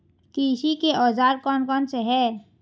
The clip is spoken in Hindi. कृषि के औजार कौन कौन से हैं?